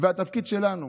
והתפקיד שלנו,